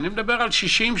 אני מדב על 60,000,